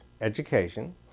education